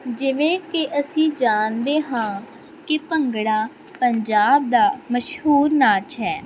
ਜਿਵੇਂ ਕਿ ਅਸੀਂ ਜਾਣਦੇ ਹਾਂ ਕਿ ਭੰਗੜਾ ਪੰਜਾਬ ਦਾ ਮਸ਼ਹੂਰ ਨਾਚ ਹੈ